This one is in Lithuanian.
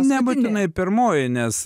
nebūtinai vadina pirmoji nes